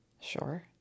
Sure